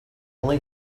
only